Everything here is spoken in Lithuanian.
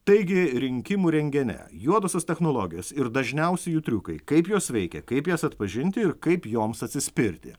taigi rinkimų rentgene juodosios technologijos ir dažniausi jų triukai kaip jos veikia kaip jas atpažinti ir kaip joms atsispirti